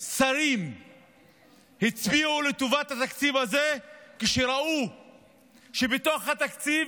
שרים הצביעו לטובת התקציב הזה כשראו שבתוך התקציב